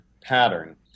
pattern